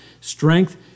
strength